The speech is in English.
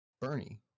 Bernie